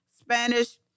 Spanish